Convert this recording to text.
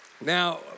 now